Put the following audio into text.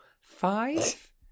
five